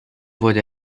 wurde